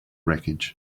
wreckage